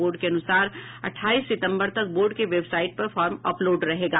board के अनुसार अठाईस सितम्बर तक बोर्ड के वेबसाईट पर फार्म अपलोड रहेगा